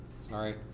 Sorry